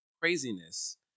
craziness